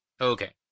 Okay